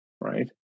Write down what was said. right